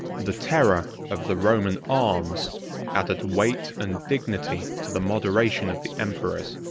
the terror of the roman arms added weight and dignity to the moderation of the emperors.